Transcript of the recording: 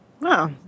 Wow